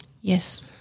Yes